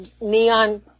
neon